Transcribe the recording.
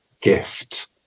gift